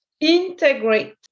integrate